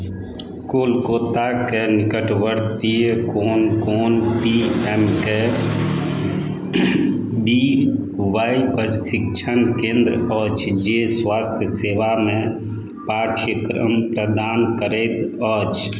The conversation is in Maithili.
कोलकत्ताके निकटवर्तीय कोन कोन P M K V Y प्रशिक्षण केन्द्र अछि जे स्वास्थ्य सेवामे पाठ्यक्रम प्रदान करैत अछि